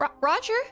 Roger